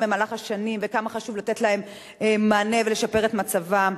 במהלך השנים וכמה חשוב לתת להם מענה ולשפר את מצבם.